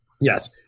Yes